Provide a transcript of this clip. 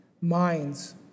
minds